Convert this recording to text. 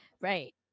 right